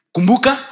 Kumbuka